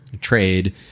trade